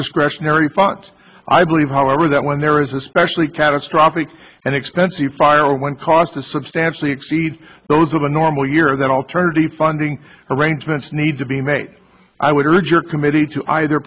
discretionary funds i believe however that when there is especially catastrophic and expensive fire when cost to substantially exceed those of the normal year that alternative funding arrangements need to be made i would urge your committee to either